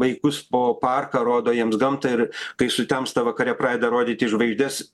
vaikus po parką rodo jiems gamtą ir kai sutemsta vakare pradeda rodyti žvaigždes